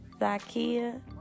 Zakia